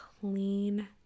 clean